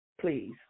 please